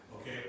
Okay